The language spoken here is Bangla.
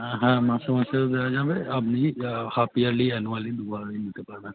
হ্যাঁ মাসে মাসেও দেওয়া যাবে আপনি হাফ ইয়ারলি অ্যানুয়ালি দুভাবেই নিতে পারবেন